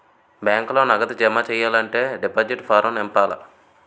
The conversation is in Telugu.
బ్యాంకులో నగదు జమ సెయ్యాలంటే డిపాజిట్ ఫారం నింపాల